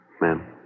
Ma'am